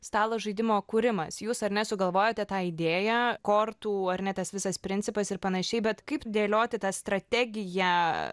stalo žaidimo kūrimas jūs ar ne sugalvojote tą idėją kortų ar ne tas visas principas ir panašiai bet kaip dėlioti tą strategiją